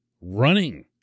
running